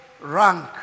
rank